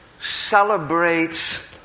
celebrates